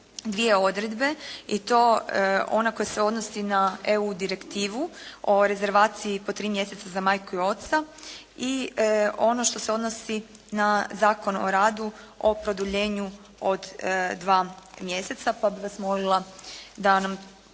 dvije odredbe i to ona koja se odnosi na EU direktivu o rezervaciji po 3 mjeseca za majku i oca i ono što se odnosi na Zakon o radu o produljenju od 2 mjeseca, pa bih vas molila da nam